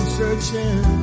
searching